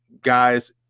guys